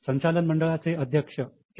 संचालन मंडळाचे अध्यक्ष केनेथ ले होते